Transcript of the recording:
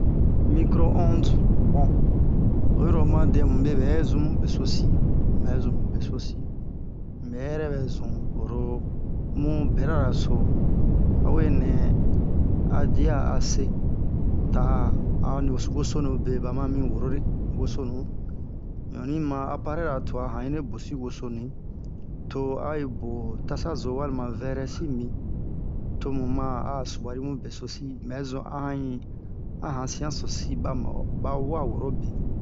mikro onde bon oyi ro oma dɛ mu me bɛ zumu beso si unbɛ zun mu besosi unbɛ yɛrɛ bɛ zun oro mu bera ra so a we nɛ a dia a se ta'a onni wosonu be ba ma mi woro re wosonu unonni ma aparɛ ra tua han i ne bosi wosonui to a yi bo ho tasa zo walima vɛrɛ si mibin tomu ma a subari mu beso si unbɛ zun a han yi a han sian so si ba ma'o ba wa woro be